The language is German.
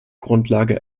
grundlage